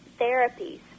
therapies